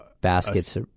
Baskets